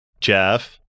Jeff